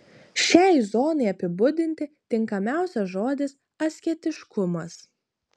šiai zonai apibūdinti tinkamiausias žodis asketiškumas